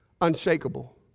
unshakable